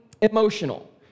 emotional